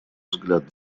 взгляд